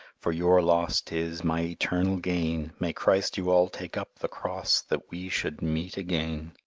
for your loss tis my etarnal gain may christ you all take up the cross that we should meat again.